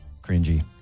cringy